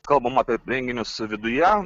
kalbam apie renginius viduje